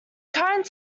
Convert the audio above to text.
current